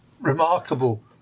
remarkable